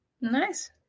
Nice